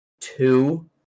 two